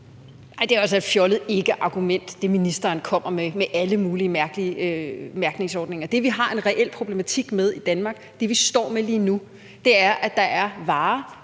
det er jo altså et fjollet ikkeargument, som ministeren kommer med, om alle mulige mærkelige mærkningsordninger. Det, som vi har en reel problematik med i Danmark, det, som vi står med lige nu, er, at der er varer